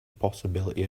possibility